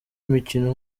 imikino